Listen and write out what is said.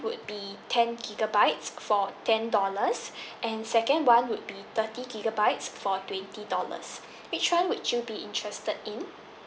would be ten gigabytes for ten dollars and second one would be thirty gigabytes for twenty dollars which one would you be interested in